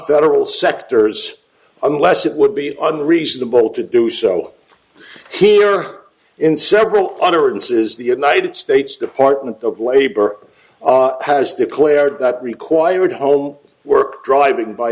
federal sectors unless it would be unreasonable to do so here in several utterances the united states department of labor has declared that required home work driving by